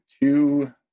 two